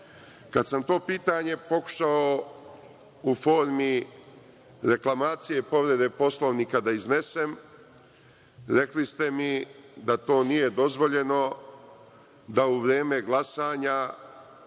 sam to pitanje pokušao u formi reklamacije povrede Poslovnika da iznesem, rekli ste mi da to nije dozvoljeno, da u vreme glasanja